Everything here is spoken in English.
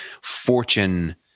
fortune